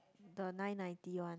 the nine ninety one